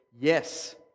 yes